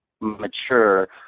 mature